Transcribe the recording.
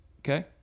okay